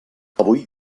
avui